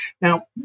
Now